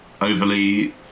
overly